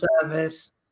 service